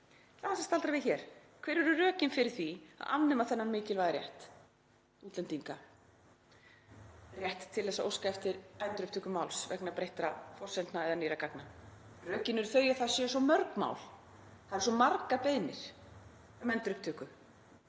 aðeins að staldra við hér. Hver eru rökin fyrir því að afnema þennan mikilvæga rétt útlendinga, rétt til að óska eftir endurupptöku máls vegna breyttra forsendna eða nýrra gagna? Rökin eru þau að það séu svo mörg mál. Það séu svo margar beiðnir um endurupptöku.